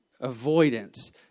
Avoidance